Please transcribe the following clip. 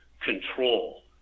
control